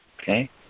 Okay